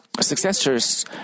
successors